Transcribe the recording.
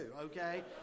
Okay